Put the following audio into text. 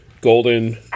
golden